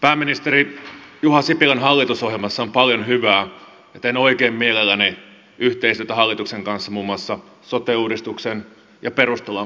pääministeri juha sipilän hallitusohjelmassa on paljon hyvää ja teen oikein mielelläni yhteistyötä hallituksen kanssa muun muassa sote uudistuksen ja perustulokokeilun kautta